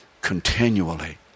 Continually